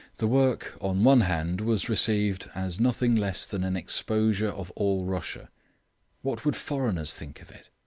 the work on one hand was received as nothing less than an exposure of all russia what would foreigners think of it?